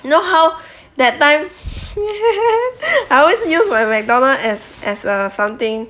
you know how that time I always use my mcdonald's as as uh something